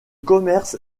commerces